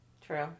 true